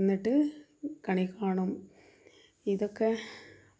എന്നിട്ട് കണി കാണും ഇതൊക്കെ